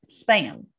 spam